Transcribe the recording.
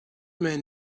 man